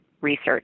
research